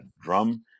drum